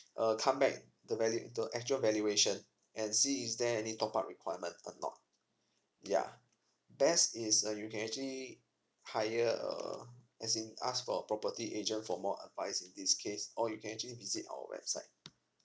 err come back the valid the actual valuation and see is there any top up requirement or not yeah best is uh you can actually hire a as in ask for a property agent for more advice in this case or you can actually visit our website